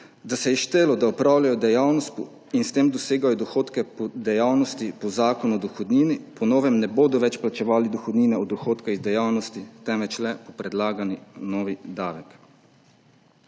da se je štelo, da opravljajo dejavnost in s tem dosegajo dohodke od dejavnosti po Zakonu o dohodnini, po novem ne bodo več plačevali dohodnine od dohodka iz dejavnosti, temveč le predlagani novi davek.